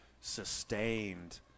sustained